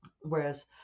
whereas